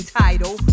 title